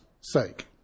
sake